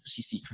CC